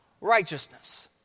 righteousness